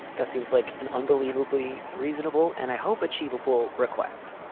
that seems like an unbelievably reasonable and i hope achievable request.